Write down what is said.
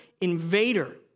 invader